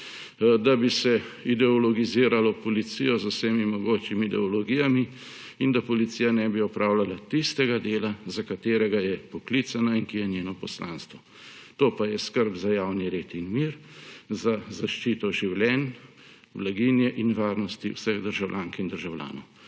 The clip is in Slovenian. da bi se ideologiziralo policijo z vsemi mogočimi ideologijami in da policija ne bi opravljala tistega dela, za katerega je poklicana in ki je njeno poslanstvo. To pa je skrb za javni red in mir, za zaščito življenj, blaginje ter varnosti vseh državljank in državljanov.